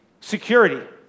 security